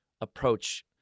approach